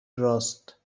راست